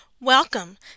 Welcome